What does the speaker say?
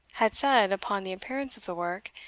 had said, upon the appearance of the work,